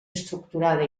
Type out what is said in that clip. estructurada